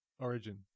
origin